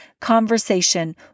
conversation